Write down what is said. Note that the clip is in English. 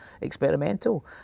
experimental